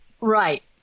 Right